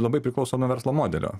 labai priklauso nuo verslo modelio